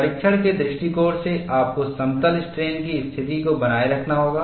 परीक्षण के दृष्टिकोण से आपको समतल स्ट्रेन की स्थिति को बनाए रखना होगा